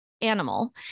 animal